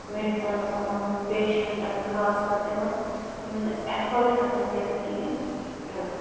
medicines یِمن پیشنٛٹَن خاص کَر تِمن یِم نہِ اٮ۪فٲٹ ہٮ۪کن کٔرِتھ کِہیٖنۍ تہٕ